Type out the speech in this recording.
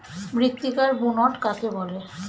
মৃত্তিকার বুনট কাকে বলে?